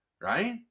right